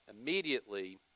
immediately